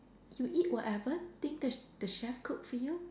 you eat whatever thing the the chef cook for you